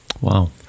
Wow